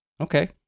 Okay